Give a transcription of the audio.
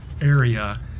area